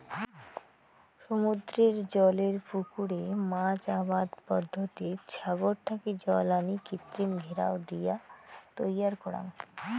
সমুদ্রের জলের পুকুরে মাছ আবাদ পদ্ধতিত সাগর থাকি জল আনি কৃত্রিম ঘেরাও দিয়া তৈয়ার করাং